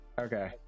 okay